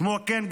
כמו כן,